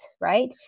right